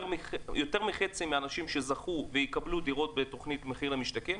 יותר מחצי מהאנשים שזכו ויקבלו דירות בתוכנית "מחיר למשתכן",